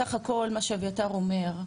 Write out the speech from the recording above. בסך הכל, מה שאביתר אומר,